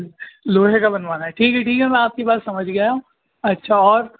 لوہے کا بنوانا ہے ٹھیک ہے ٹھیک ہے میں آپ کی پاتس سمجھ گیا ہوں اچھا اور